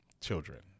children